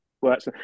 works